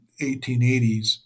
1880s